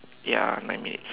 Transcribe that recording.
ya nine minutes